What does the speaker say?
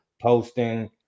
Posting